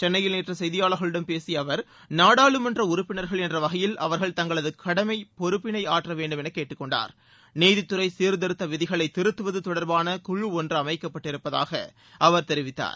சென்னையில் நேற்று சுசுய்தியாளர்களிடம் பேசிய அவர் நாடாளுமன்ற உறுப்பினர்கள் என்ற வகையில் அவர்கள் தங்களது கடமை பொறுப்பினை ஆற்ற வேண்டும் என கேட்டுக்கொண்டார் நீதித்துறை சீர்திருத்த விதிகளைத் திருத்துவது தொடர்பாள குழு ஒன்று அமைக்கப்பட்டு இருப்பதாக அவர் தெரிவித்தார்